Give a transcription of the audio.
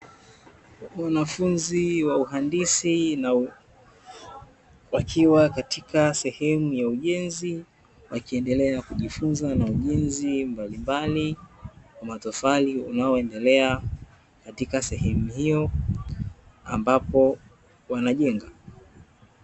Wanafunzi wa uhandisi na wakiwa katika sehemu ya ujenzi wakiendelea kujifunza na ujenzi mbalimbali wa matofali unaoendelea katika sehemu hiyo ambapo wanajenga.